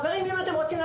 רק תנו לי לסיים